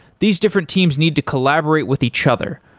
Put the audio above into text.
these different teams need to collaborate with each other,